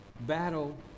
battle